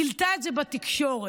גילתה את זה בתקשורת.